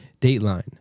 Dateline